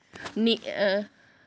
निं